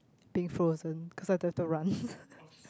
being frozen cause I don't have to run